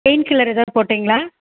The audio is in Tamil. பெய்ன் கில்லர் எதாவ் போட்டிங்களா